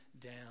down